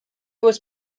was